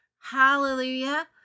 Hallelujah